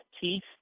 teeth